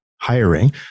hiring